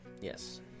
Yes